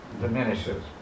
diminishes